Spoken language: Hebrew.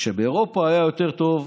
כשבאירופה היה יותר טוב,